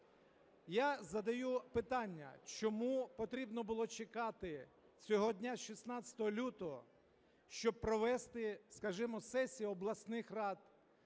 Я задаю питання: чому потрібно було чекати цього дня, 16 лютого, щоб провести, скажімо, сесії обласних рад,